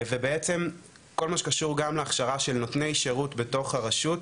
ובעצם כל מה שקשור להכשרה של נותני שירות בתוך הרשות,